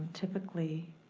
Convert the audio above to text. typically,